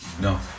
No